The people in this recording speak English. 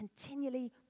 continually